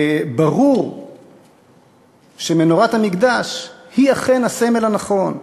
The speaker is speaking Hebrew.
ברור שמנורת המקדש היא אכן הסמל הנכון,